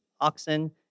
oxen